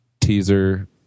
teaser